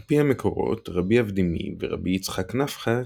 על פי המקורות רבי אבדימי ורבי יצחק נפחא,